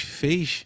fez